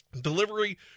delivery